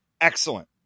excellent